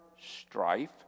strife